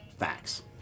facts